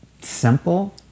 simple